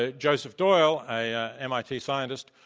ah joseph doyle, a mit scientist,